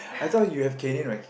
I thought you have canine rec~